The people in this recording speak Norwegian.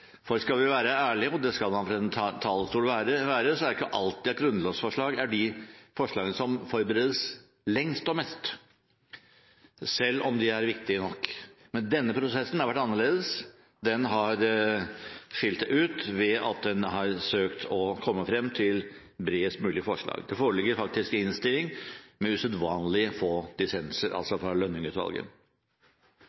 For skal vi være ærlige, og det skal man fra denne talerstol, er det ikke alltid at grunnlovsforslag er de forslagene som forberedes lengst og mest, selv om de er viktige nok. Denne prosessen har vært annerledes. Den har skilt seg ut ved at den har søkt å komme frem til bredest mulig forslag. Det foreligger faktisk en innstilling fra Lønning-utvalget med usedvanlig få dissenser.